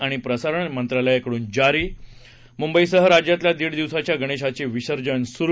आणि प्रसारण मंत्रालयाकडून जारी मुंबईसह राज्यातल्या दीड दिवसाच्या गणेशाचे विसर्जन सुरू